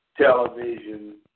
Television